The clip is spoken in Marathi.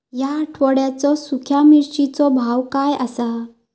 या आठवड्याचो सुख्या मिर्चीचो भाव काय आसा?